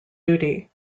duty